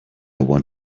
want